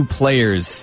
players